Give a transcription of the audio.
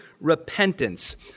repentance